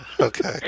Okay